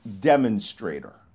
demonstrator